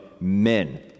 men